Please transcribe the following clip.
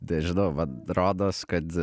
nežinau man rodos kad